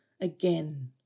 Again